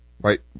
right